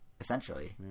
essentially